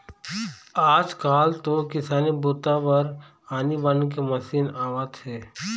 आजकाल तो किसानी बूता बर आनी बानी के मसीन आवत हे